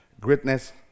Greatness